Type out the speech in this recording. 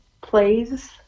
plays